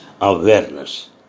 awareness